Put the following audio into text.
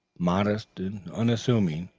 modest and unassuming,